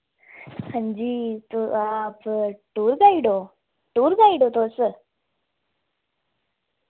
हां जी तू आप टूर गाइड ओ टूर गाइड ओ तुस